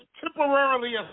temporarily